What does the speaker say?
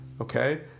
Okay